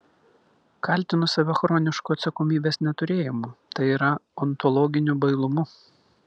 kaltinu save chronišku atsakomybės neturėjimu tai yra ontologiniu bailumu